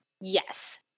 Yes